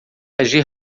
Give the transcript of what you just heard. agir